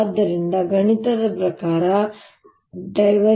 ಆದ್ದರಿಂದ ಗಣಿತದ ಪ್ರಕಾರ ▽